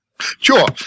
Sure